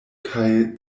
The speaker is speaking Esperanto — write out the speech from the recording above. kaj